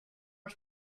are